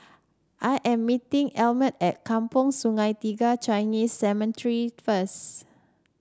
I am meeting Elmire at Kampong Sungai Tiga Chinese Cemetery first